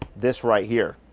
this right here.